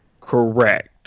Correct